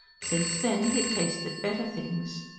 since then he had tasted better things.